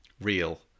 real